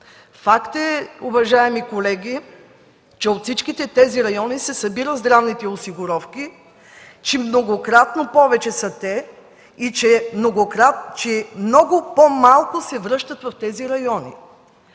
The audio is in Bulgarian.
Факт е, уважаеми колеги, че от всички тези райони се събират здравните осигуровки, че те са многократно повече и много по-малко се връщат в тези райони.